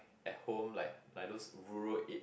at home like like those rural a~